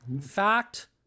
Fact